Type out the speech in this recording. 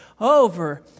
over